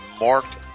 marked